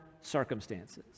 circumstances